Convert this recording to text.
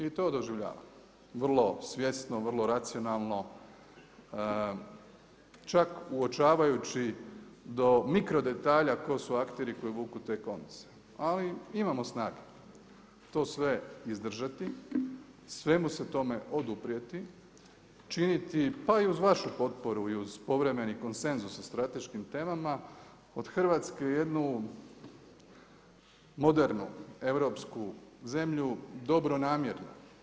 I to doživljavam, vrlo svjesno, vrlo racionalno, čak uočavajući do mikro detalja tko su akteri koji vuku te konce, ali imamo snage to sve izdržati, svemu se tome oduprijeti, činiti pa i uz vašu potporu i uz povremeni konsenzus sa strateškim temama od Hrvatske jednu modernu europsku zemlju, dobronamjernu.